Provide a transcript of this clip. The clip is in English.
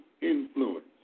influence